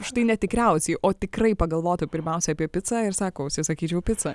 štai ne tikriausiai o tikrai pagalvotų pirmiausia apie picą ir sako užsisakyčiau picą